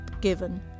given